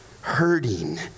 hurting